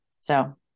So-